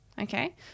Okay